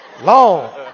Long